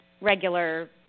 regular